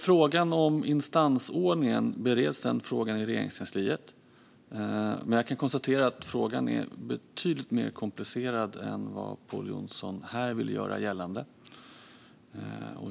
Frågan om instansordningen bereds i Regeringskansliet, men jag kan konstatera att frågan är betydligt mer komplicerad än vad Pål Jonson här vill göra gällande.